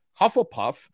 Hufflepuff